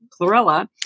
chlorella